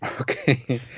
Okay